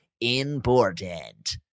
important